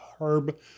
Herb